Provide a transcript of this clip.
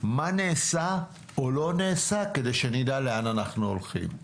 מה נעשה או לא נעשה, כדי שנדע לאן אנחנו הולכים.